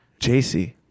jc